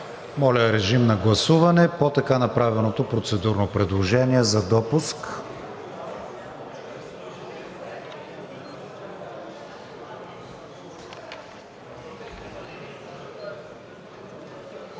Моля, режим на гласуване по така направеното процедурно предложение за допуск.